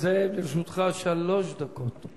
חבר הכנסת זאב, לרשותך שלוש דקות.